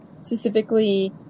specifically